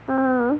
!wow!